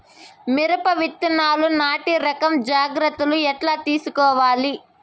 మిరప విత్తనాలు నాటి రకం జాగ్రత్తలు ఎట్లా తీసుకోవాలి?